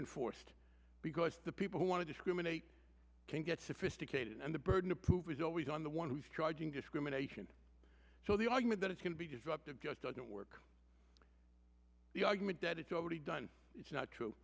enforced because the people who want to discriminate can get sophisticated and the burden of proof is always on the one who's charging discrimination so the argument that it can be disruptive just doesn't work the argument that it's already done it's not true